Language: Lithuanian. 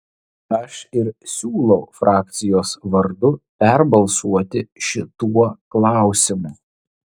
aš ir siūlau frakcijos vardu perbalsuoti šituo klausimu